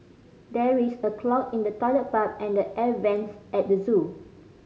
there is a clog in the toilet pipe and the air vents at the zoo